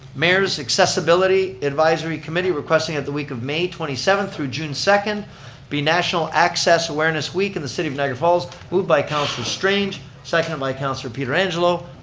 mayor's accessibility advisory committee requesting that the week of may twenty seventh through june second be national access awareness week in the city of niagara falls. moved by councilor strange, seconded by councilor pietrangelo.